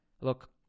Look